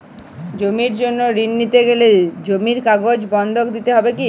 জমির জন্য ঋন নিতে গেলে জমির কাগজ বন্ধক দিতে হবে কি?